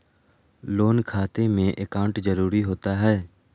Loan खाते में account जरूरी होता है?